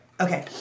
okay